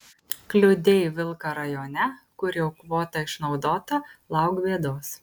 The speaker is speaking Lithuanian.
kliudei vilką rajone kur jau kvota išnaudota lauk bėdos